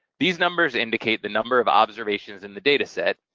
these numbers indicate the number of observations in the data set,